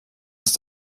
ist